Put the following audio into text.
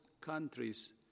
countries